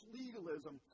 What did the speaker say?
legalism